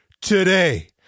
today